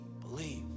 believe